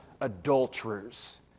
adulterers